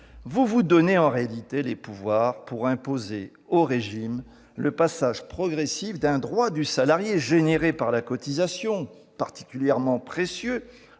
Vous vous donnez en réalité les pouvoirs pour imposer au régime le passage progressif d'un droit du salarié généré par la cotisation, particulièrement précieux